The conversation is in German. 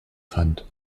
fand